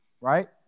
right